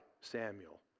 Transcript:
Samuel